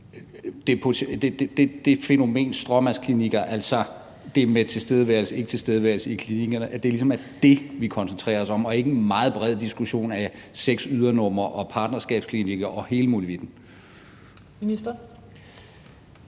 på fænomenet stråmandsklinikker i forhold til det med tilstedeværelse eller ikketilstedeværelse i klinikkerne. Det er ligesom det, vi koncentrerer os om, og ikke en meget bred diskussion af seks ydernumre og partnerskabsklinikker og hele molevitten?